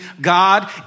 God